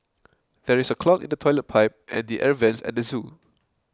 there is a clog in the Toilet Pipe and the Air Vents at zoo